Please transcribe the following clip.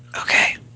Okay